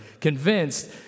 Convinced